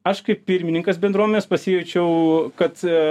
aš kaip pirmininkas bendruomenės pasijaučiau kad